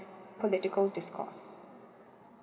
political discourse